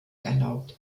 erlaubt